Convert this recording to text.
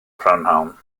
prynhawn